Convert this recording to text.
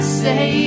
say